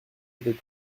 était